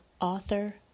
author